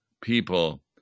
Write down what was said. people